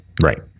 Right